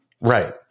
right